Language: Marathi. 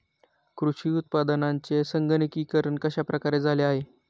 कृषी उत्पादनांचे संगणकीकरण कश्या प्रकारे झाले आहे?